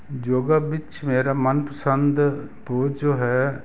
ਯੋਗਾ ਵਿੱਚ ਮੇਰਾ ਮਨ ਪਸੰਦ ਜੋ ਹੈ